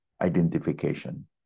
Identification